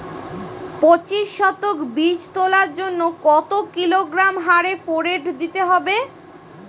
পঁচিশ শতক বীজ তলার জন্য কত কিলোগ্রাম হারে ফোরেট দিতে হবে?